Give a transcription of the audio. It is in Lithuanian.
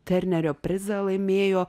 ternerio prizą laimėjo